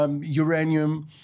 uranium